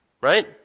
right